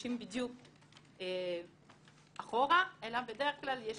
חודשים בדיוק אחורה, אלא בדרך כלל יש